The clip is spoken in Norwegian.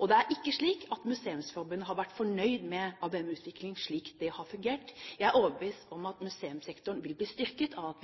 Det er ikke slik at Museumsforbundet har vært fornøyd med ABM-utvikling slik det har fungert. Jeg er overbevist om at museumssektoren vil bli styrket ved at vi